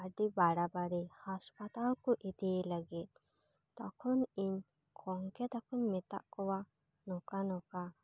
ᱟᱹᱰᱤ ᱵᱟᱲᱟ ᱵᱟᱹᱲᱤ ᱦᱟᱥᱯᱟᱛᱟᱞ ᱠᱚ ᱤᱫᱤᱭᱮ ᱞᱟᱹᱜᱤᱫ ᱛᱚᱠᱷᱚᱱ ᱤᱧ ᱜᱚᱢᱠᱮ ᱛᱟᱠᱚᱹᱧ ᱢᱮᱛᱟᱫ ᱠᱚᱣᱟ ᱱᱚᱠᱟ ᱱᱚᱠᱟ